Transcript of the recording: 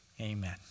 Amen